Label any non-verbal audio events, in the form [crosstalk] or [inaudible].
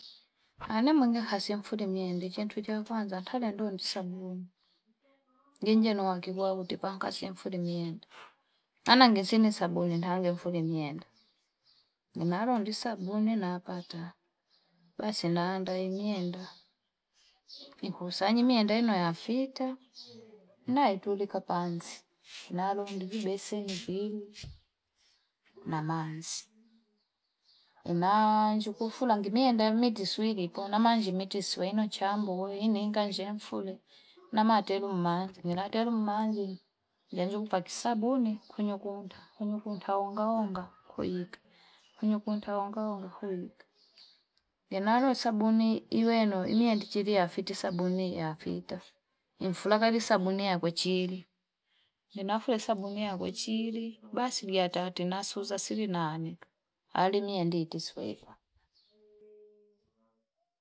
Anemwenge hansefule mende shentu cha kwanza talendondi sabuni ngenyeno wakingauti panga si mfuli miende anangesini sabuni ndangefuli miende ninaloli sabuni napata basi naanda imyenda nikusanyi miendeno na fita naitulika panzi nalondi ibeseni pili na manzi, inaa njukufula ngidie da meti suile po na manji mete swelo chamboi ininganshefule na matelu mmanze [noise] natelu mmanze yanjupa kisabuni kunyunta kunyuntaonga onga kuika, kwenye kuita inga onga huika ninalo isabuni iweno ina chilia fiti sabuni ya fiita inflaka sabuni ya kwe chiili inafule sabuni yakwe chili basi liya tatenasuza sijui naanika alimienditi sweka.